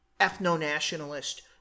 ethno-nationalist